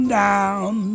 down